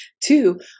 Two